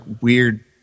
weird